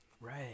right